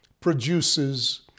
produces